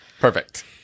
Perfect